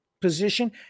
position